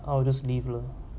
I will just leave lah